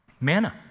manna